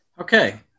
Okay